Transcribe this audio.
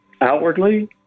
outwardly